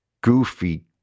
goofy